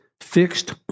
Fixed